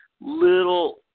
little